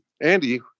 Andy